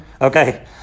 Okay